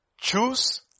Choose